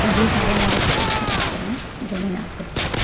जे सारे हमारे विशिष्ट कहते हैं जो मैंने आपको बताए